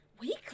Weekly